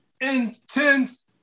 intense